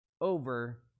over